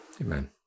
Amen